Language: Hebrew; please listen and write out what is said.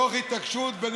תוך התעקשות של האוצר,